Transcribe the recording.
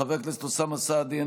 חבר הכנסת אוסאמה סעדי,